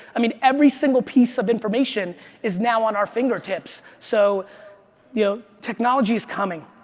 i mean, every single piece of information is now on our fingertips. so you know technology is coming.